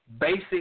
Basic